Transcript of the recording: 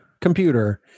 computer